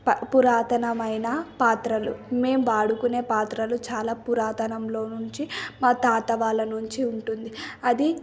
పురాతనమైన పాత్రలు మేం వాడుకునే పాత్రలు చాలా పురాతనంలో నుంచి మా తాత వాళ్ళ నుంచి ఉంటుంది అది